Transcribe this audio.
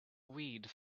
weed